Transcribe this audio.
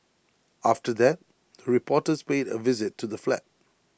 after that the reporters paid A visit to the flat